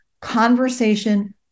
conversation